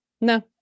No